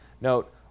Note